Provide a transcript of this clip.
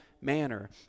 manner